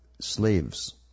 slaves